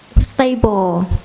stable